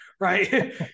right